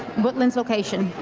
woodlands location.